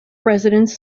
residents